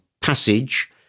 passage